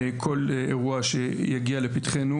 כל אירוע שיגיע לפתחנו,